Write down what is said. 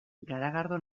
garagardo